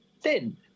thin